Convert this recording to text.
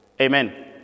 Amen